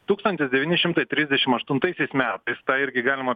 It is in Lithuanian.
tūkstantis devyni šimtai trisdešim aštuntaisiais metais tą irgi galima